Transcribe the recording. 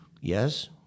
yes